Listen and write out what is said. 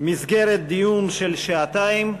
מסגרת דיון של שעתיים.